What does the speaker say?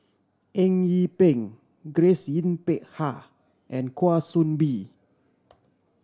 Eng Yee Peng Grace Yin Peck Ha and Kwa Soon Bee